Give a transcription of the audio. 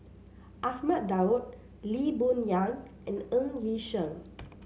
Ahmad Daud Lee Boon Yang and Ng Yi Sheng